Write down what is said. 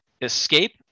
escape